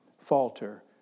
falter